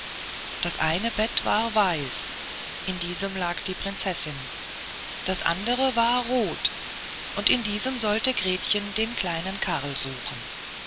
das eine bett war weiß in diesem lag die prinzessin das andere war rot und in diesem sollte gretchen den kleinen karl suchen